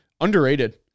Underrated